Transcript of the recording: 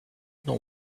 know